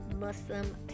Muslim